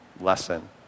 lesson